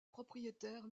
propriétaires